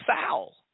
foul